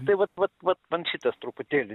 tai vat vat vat man šitas truputėlį